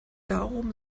darum